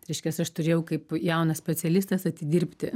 reiškias aš turėjau kaip jaunas specialistas atidirbti